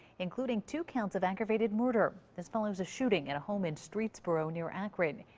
including two counts of aggravated murder. this follows a shooting at a home in streetsboro, near akron.